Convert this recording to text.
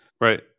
Right